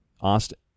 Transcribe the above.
Austin